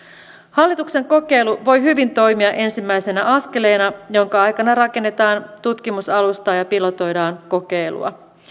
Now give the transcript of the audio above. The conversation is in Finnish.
hallituksen kokeilu voi hyvin toimia ensimmäisenä askeleena jonka aikana rakennetaan tutkimusalustaa ja pilotoidaan kokeilua